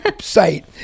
site